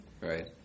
right